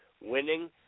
Winning